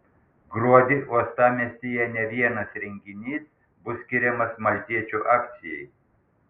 gruodį uostamiestyje ne vienas renginys bus skiriamas maltiečių akcijai